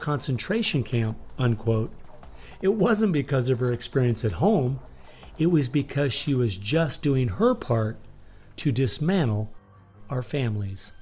concentration camp unquote it wasn't because of her experience at home it was because she was just doing her part to dismantle our families